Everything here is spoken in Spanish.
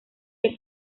que